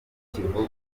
kivuga